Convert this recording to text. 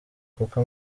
kuko